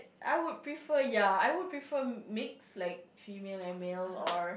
I would prefer ya I would prefer mix like female and male or